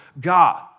God